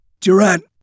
Durant